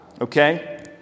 Okay